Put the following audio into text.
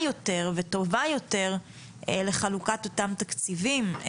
יותר וטובה יותר לחלוקת אותם תקציבים.